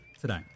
today